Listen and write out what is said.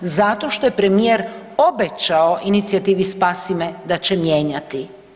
Zato što je premijer obećao inicijativi „Spasi me“ da će mijenjati.